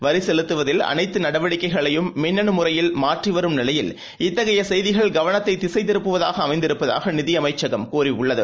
வரிசெலுத்துவதில் அனைத்துநடவடிக்கைகளையும் மின்னுமுறையில் மாற்றிவரும் நிலையில் இத்தகைளசெய்திகள் கவனத்தைதிசைதிருப்புவதாகஅமைந்திருப்பதாகநிதியமைச்சகம் கூறியுள்ளது